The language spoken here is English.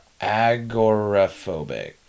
agoraphobic